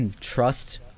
trust